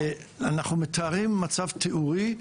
אנחנו מביאים מצב תיאורי,